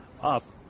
up